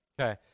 Okay